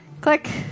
Click